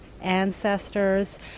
ancestors